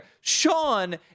Sean